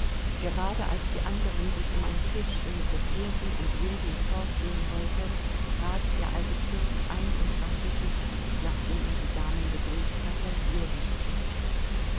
gerade als die anderen sich um ein tischchen gruppierten und ljewin fortgehen wollte trat der alte fürst ein und wandte sich nachdem er die damen begrüßt hatte ljewin zu